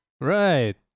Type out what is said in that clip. Right